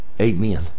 Amen